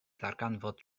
ddarganfod